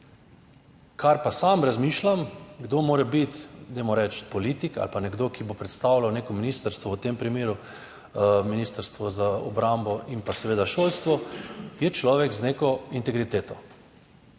Kar pa sam razmišljam, kdo mora biti, dajmo reči, politik ali pa nekdo, ki bo predstavljal neko ministrstvo, v tem primeru Ministrstvo za obrambo in pa seveda šolstvo, je človek z neko integriteto.